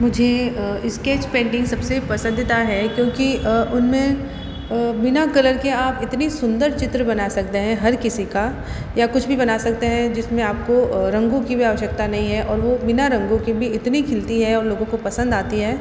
मुझे sketch painting सबसे पसंदीदा है क्योंकि उनमें बिना कलर किए आप इतनी सुंदर चित्र बना सकते हैं हर किसी का या कुछ भी बना सकते हैं जिसमें आपको रंगों की भी आवश्यकता नहीं है और वो बिना रंगों के भी इतनी खिलती है और लोगों को पसंद आती है